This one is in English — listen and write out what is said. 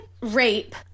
rape